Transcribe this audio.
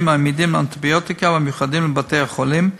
העמידים לאנטיביוטיקה והמיוחדים לבתי-החולים,